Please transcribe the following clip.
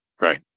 Right